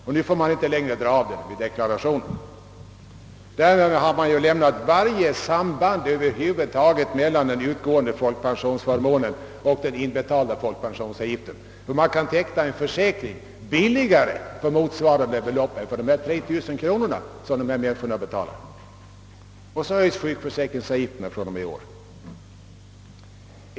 Och man får alltså inte dra av den i deklarationen. Därmed har varje samband mellan utgående folkpensionsförmåner och inbetalda folkpensionsavgifter upphört. Man kan teckna en försäkring billigare än de 3 000 kronor som dessa personer betalar. Vidare höjs sjukförsäkringsavgifterna från och med i år.